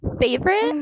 Favorite